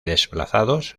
desplazados